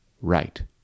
right